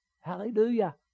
Hallelujah